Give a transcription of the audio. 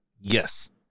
Yes